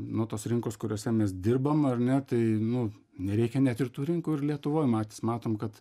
nu tos rinkos kuriose mes dirbam ar ne tai nu nereikia net ir tų rinkų ir lietuvojpatys matome kad